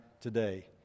today